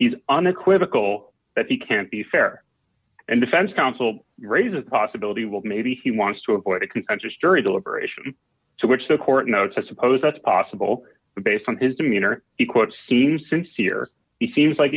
is unequivocal that he can't be fair and defense counsel raises the possibility well maybe he wants to avoid a contentious jury deliberation to which the court no to suppose that's possible based on his demeanor he quote seems sincere he seems like